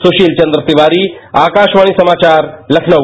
सुशील चन्द्र तिवारी आकाशवाणी समाचार लखनऊ